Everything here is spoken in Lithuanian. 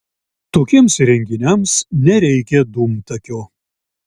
tokiems įrenginiams nereikia dūmtakio